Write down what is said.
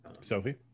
Sophie